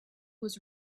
was